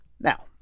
Now